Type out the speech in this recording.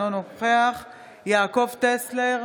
אינו נוכח יעקב טסלר,